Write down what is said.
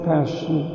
Passion